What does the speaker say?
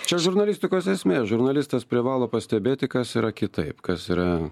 čia žurnalistikos esmė žurnalistas privalo pastebėti kas yra kitaip kas yra